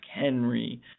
Henry